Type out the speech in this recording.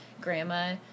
grandma